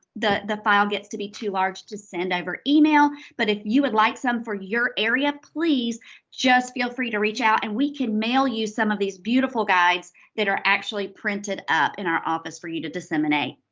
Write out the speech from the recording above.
the the file gets to be too large to send over email. but if you would like some for your area, please just feel free to reach out and we can mail you some of these beautiful guides that are actually printed up in our office for you to disseminate.